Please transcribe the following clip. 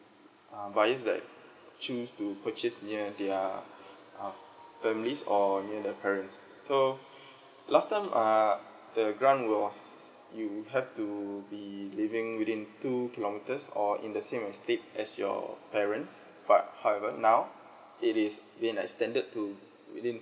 uh buyers that choose to purchase near their uh families or near their parents so last time err the grant was you have to be living within two kilometres or in the same estate as your parents but however now it is been a standard to within